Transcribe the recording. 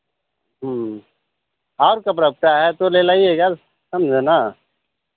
और कपड़ा उतना है तो ले लाइएगा समझे ना